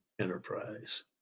enterprise